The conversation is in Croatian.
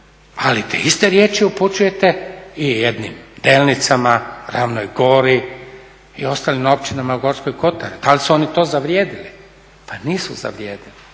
ali te iste riječi upućujete i jednim Delnicama, ravnoj gori i ostalim općinama Gorskog Kotara. Da li su oni to zavrijedili? Pa nisu zavrijedili.